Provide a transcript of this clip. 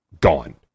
gone